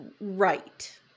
right